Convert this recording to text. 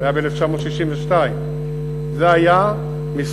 זה היה ב-1962,